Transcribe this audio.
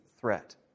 threat